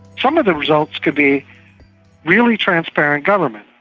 some of the results could be really transparent government.